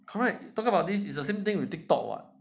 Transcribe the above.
correct talking about this is the same thing will take Tiktok [what]